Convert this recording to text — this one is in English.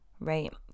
Right